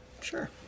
Sure